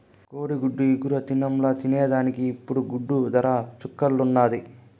కోడిగుడ్డు ఇగురు దినంల తినేదానికి ఇప్పుడు గుడ్డు దర చుక్కల్లున్నాది